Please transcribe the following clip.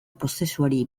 prozesuari